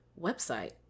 website